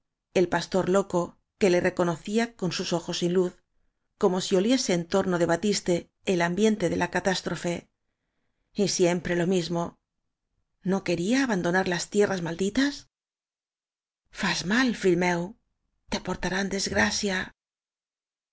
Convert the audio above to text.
el pastor loco que le reconocía con sus ojos sin luz como si oliese en torno de batiste el ambiente de la catástrofe y siempre lo mis no mo quería abandonar las tierras mal ditas áñ as mal fi ll meu te portarán desgrasia